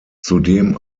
zudem